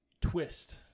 twist